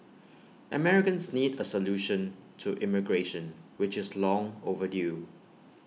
Americans need A solution to immigration which is long overdue